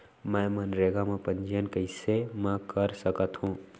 मैं मनरेगा म पंजीयन कैसे म कर सकत हो?